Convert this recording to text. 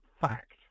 fact